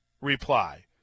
reply